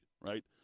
right